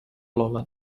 lola